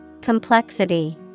Complexity